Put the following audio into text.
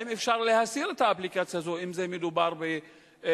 האם אפשר להסיר את האפליקציה הזו אם מדובר בתוכנה?